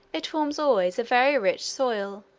it forms always a very rich soil,